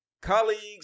colleagues